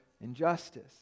injustice